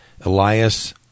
Elias